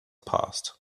passed